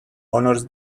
honours